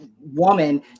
woman